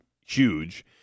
huge